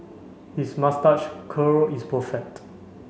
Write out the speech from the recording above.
his moustache curl is perfect